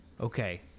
okay